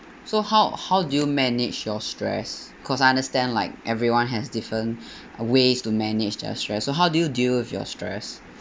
so how how do you manage your stress because I understand like everyone has different ways to manage their stress so how do you deal with your stress